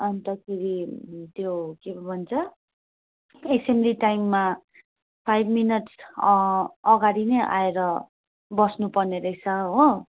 अन्तखेरि त्यो के पो भन्छ एसेम्ब्ली टाइममा फाइभ मिनट्स अगाडि नै आएर बस्नु पर्ने रहेछ हो